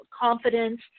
confidence